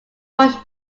pushed